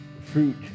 Fruit